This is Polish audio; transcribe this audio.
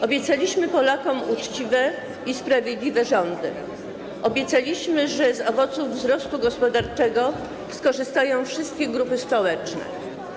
Obiecaliśmy Polakom uczciwe i sprawiedliwe rządy, obiecaliśmy, że z owoców wzrostu gospodarczego skorzystają wszystkie grupy społeczne.